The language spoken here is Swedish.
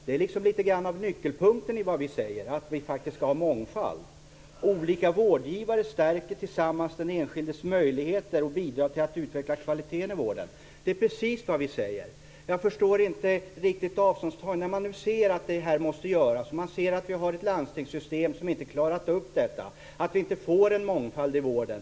Det är något av nyckelpunkten i vad vi säger, att vi faktiskt skall ha mångfald. Ni säger: "Olika vårdgivare stärker tillsammans den enskildes möjligheter och bidrar till att utveckla kvaliteten i vården." Det är precis vad vi säger. Jag förstår inte riktigt avståndstagandet. Man ser att det här måste göras. Man ser att vi har ett landstingssystem som inte klarat upp detta och att vi inte får en mångfald i vården.